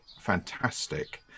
fantastic